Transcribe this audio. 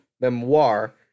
memoir